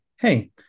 Hey